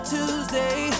Tuesday